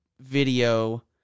video